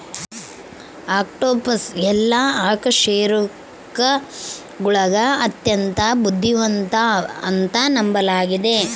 octopus ಎಲ್ಲಾ ಅಕಶೇರುಕಗುಳಗ ಅತ್ಯಂತ ಬುದ್ಧಿವಂತ ಅಂತ ನಂಬಲಾಗಿತೆ